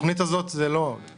זה לא עודף בתוכנית הזאת.